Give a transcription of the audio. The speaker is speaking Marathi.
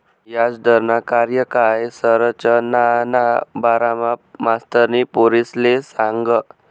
याजदरना कार्यकाय संरचनाना बारामा मास्तरनी पोरेसले सांगं